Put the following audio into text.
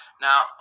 now